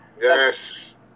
Yes